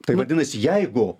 tai vadinasi jeigu